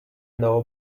know